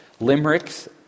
Limericks